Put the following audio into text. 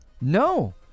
No